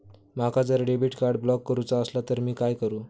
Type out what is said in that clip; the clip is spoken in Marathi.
माका जर डेबिट कार्ड ब्लॉक करूचा असला तर मी काय करू?